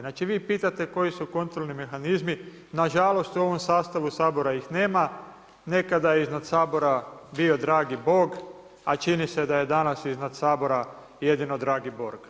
Znači vi pitate koji su kontrolni mehanizmi, nažalost u ovom sastavu SAbor ih nema. nekada je iznad Sabora bio dragi Bog, a čini se da je danas iznad Sabora jedino dragi Borg.